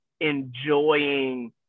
enjoying